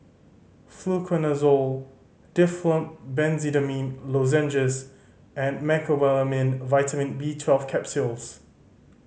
Fluconazole Difflam Benzydamine Lozenges and Mecobalamin Vitamin B Twelve Capsules